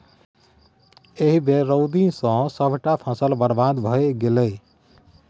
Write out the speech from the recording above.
एहि बेर रौदी सँ सभटा फसल बरबाद भए गेलै